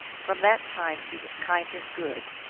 from that time he was kind and good.